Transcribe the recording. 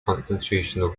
constitutional